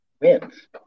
wins